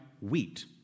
wheat